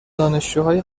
دانشجوهای